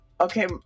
okay